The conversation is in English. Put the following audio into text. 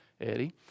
Eddie